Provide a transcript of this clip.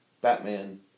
Batman